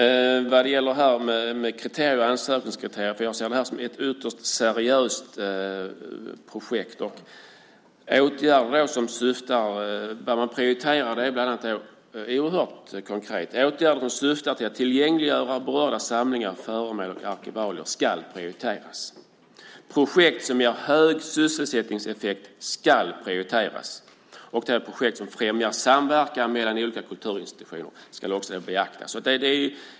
Vad gäller ansökningskriterier ser jag det här som ett ytterst seriöst projekt. Det man prioriterade var oerhört konkret: Åtgärder som syftar till att tillgängliggöra berörda samlingar, föremål och arkivalier ska prioriteras. Projekt som ger hög sysselsättningseffekt ska prioriteras. Projekt som främjar samverkan mellan olika kulturinstitutioner ska också beaktas.